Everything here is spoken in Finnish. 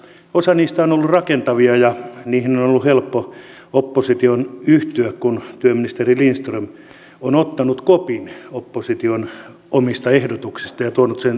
osa vastauksista on ollut rakentavia ja niihin on ollut helppo opposition yhtyä kun työministeri lindström on ottanut kopin opposition omista ehdotuksista ja tuonut sen tässä salissa julki